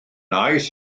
aeth